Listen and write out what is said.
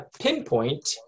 pinpoint